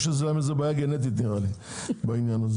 יש איזו בעיה גנטית בעניין הזה.